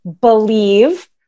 believe